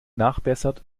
nachbessert